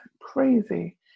crazy